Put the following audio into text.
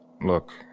Look